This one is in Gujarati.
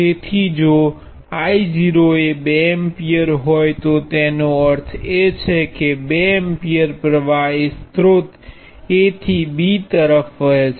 તેથી જો I૦ એ 2 એમ્પીયર હોય તો તેનો અર્થ એ છે કે 2 એમ્પીયર પ્રવાહ એ સ્રોત A થી B તરફ વહે છે